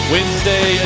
Wednesday